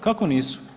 Kako nisu?